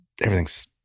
everything's